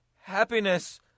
happiness